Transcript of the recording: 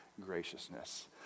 graciousness